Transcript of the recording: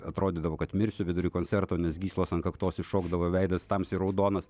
atrodydavo kad mirsiu vidury koncerto nes gyslos ant kaktos iššokdavo veidas tamsiai raudonas